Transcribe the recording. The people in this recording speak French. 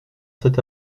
cet